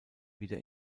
wieder